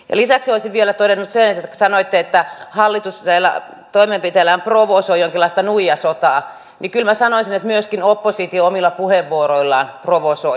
lisäksi kun sanoitte että hallitus näillä toimenpiteillään provosoi jonkinlaista nuijasotaa niin kyllä minä sanoisin että myöskin oppositio omilla puheenvuoroillaan provosoi